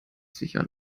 sicher